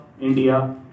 India